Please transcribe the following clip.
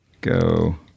go